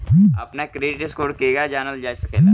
अपना credit score केगा जानल जा सकेला?